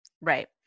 Right